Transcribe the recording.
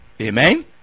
Amen